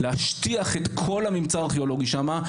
להשטיח את כל הממצא הארכיאולוגי שם,